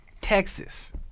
Texas